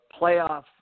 playoff